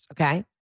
okay